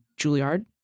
Juilliard